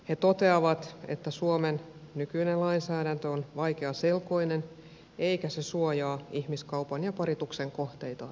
he toteavat että suomen nykyinen lainsäädäntö on vaikeaselkoinen eikä se suojaa ihmiskaupan ja parituksen kohteita riittävästi